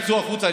תצאו החוצה.